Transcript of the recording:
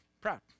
proud